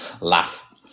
Laugh